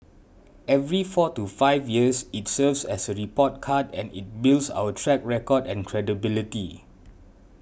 every four to five years it serves as a report card and it builds our track record and credibility